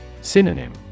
Synonym